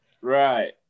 right